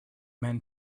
men